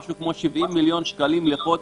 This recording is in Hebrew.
זה כ-70 מיליון שקלים לחודש,